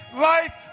life